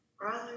Brother